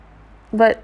but